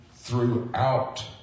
throughout